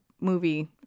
movie